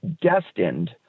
destined